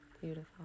Beautiful